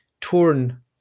torn